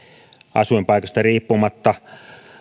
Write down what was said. asuinpaikasta riippumatta